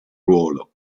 ruolo